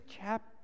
chapter